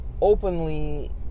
openly